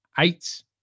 Eight